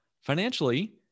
Financially